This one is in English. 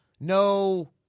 no